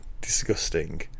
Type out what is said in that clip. disgusting